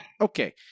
Okay